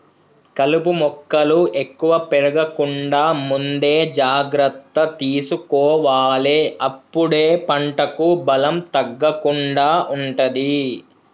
కలుపు మొక్కలు ఎక్కువ పెరగకుండా ముందే జాగ్రత్త తీసుకోవాలె అప్పుడే పంటకు బలం తగ్గకుండా ఉంటది